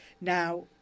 Now